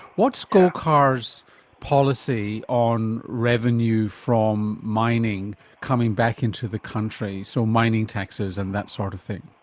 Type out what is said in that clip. what's golkar's policy on revenue from mining coming back into the country so mining taxes and that sort of thing?